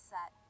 Set